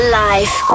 life